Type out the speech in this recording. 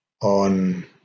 on